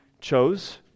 chose